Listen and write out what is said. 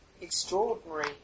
extraordinary